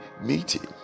meeting